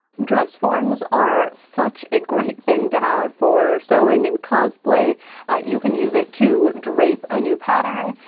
dress forms are such a great thing to have for sewing and cosplay you can use it to drape a new pattern.